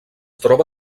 troba